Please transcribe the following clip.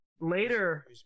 later